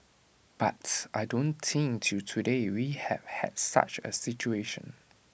but I don't think till today we have had such A situation